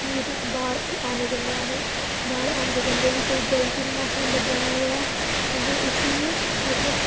जि'त्थें बाहर आने जन्ने आं अहें बाहर आंदे जन्दे बी कोई गलत होंदा असें गी लब्भा दा होऐ अहें उसी बी मतलब